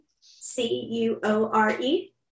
C-U-O-R-E